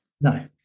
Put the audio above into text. No